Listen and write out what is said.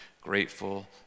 grateful